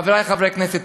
חברי חברי הכנסת,